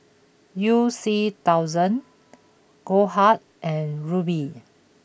you C Thousand Goldheart and Rubi